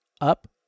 up